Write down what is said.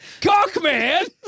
Cockman